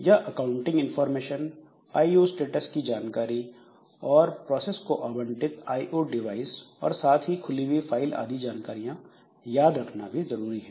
यह accounting information IO status की जानकारी IO status information और प्रोसेस को आबंटित आईओ डिवाइस और साथ ही खुली हुई फाइल आदि जानकारियां याद रखना भी जरूरी है